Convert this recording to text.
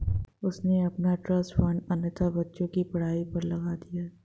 उसने अपना trust fund अनाथ बच्चों की पढ़ाई पर लगा दिया